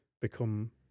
become